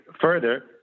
further